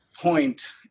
point